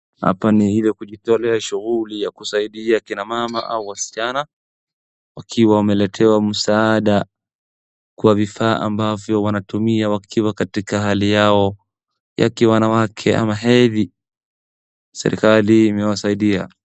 Hapo ni ile kujitolea shughuli ya kusaidia kina mama au wasichana wakiwa wameletewa msaada kwa vifaa ambavyo wanatumia wakiwa katika hali yao ya kiwanawake ama hedhi. Serikali imewasaidia.